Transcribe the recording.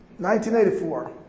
1984